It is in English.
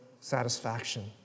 satisfaction